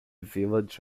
village